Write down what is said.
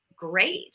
great